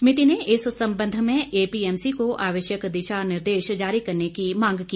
समिति ने इस संबंध में एपीएमसी को आवश्यक दिशा निर्देश जारी करने की मांग की